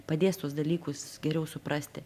padės tuos dalykus geriau suprasti